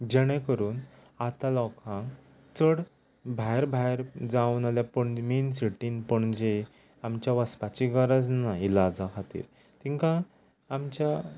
जणे करून आतां लोकांक चड भायर भायर जावं नाल्या पणजे मेन सिटीन पणजे आमच्या वचपाची गरज ना इलाजां खातीर तांकां आमच्या